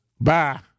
Bye